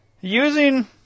using